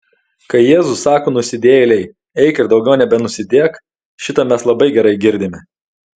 kai jėzus sako nusidėjėlei eik ir daugiau nebenusidėk šitą mes labai gerai girdime